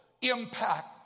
impact